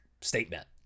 statement